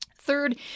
Third